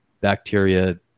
bacteria